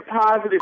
positive